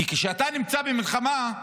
כשאתה נמצא במלחמה,